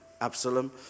Absalom